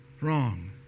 wrong